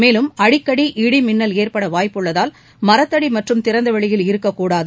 மேலும் அடிக்கடி இடி மின்னல் ஏற்படவாய்ப்புள்ளதால் மரத்தடிமற்றும் திறந்தவெளியில் இருக்கக்கூடாது